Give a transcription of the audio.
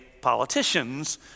politicians